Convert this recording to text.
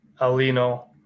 Alino